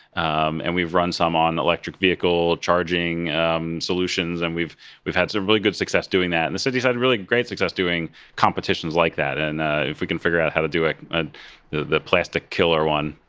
um and we've run some on electric vehicle charging um solutions, and we've we've had some really good success doing that. and the city has had really great success doing doing competitions like that, and if we can figure out how to do ah ah the the plastic killer one,